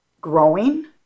growing